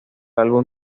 álbum